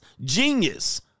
Genius